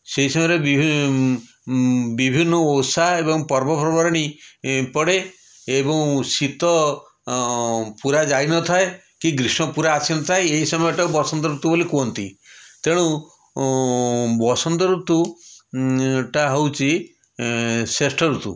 ସେଇ ସମୟରେ ବିଭି ବିଭିନ୍ନ ଓଷା ଏବଂ ପର୍ବପର୍ବାଣି ଏଁ ପଡ଼େ ଏବଂ ଶୀତ ପୂରା ଯାଇନଥାଏ କି ଗ୍ରୀଷ୍ମ ପୂରା ଆସିନଥାଏ ଏଇ ସମୟଟାକୁ ବସନ୍ତଋତୁ ବୋଲି କୁହନ୍ତି ତେଣୁ ବସନ୍ତଋତୁ ଟା ହେଉଛି ଶ୍ରେଷ୍ଠ ଋତୁ